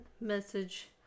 message